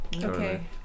Okay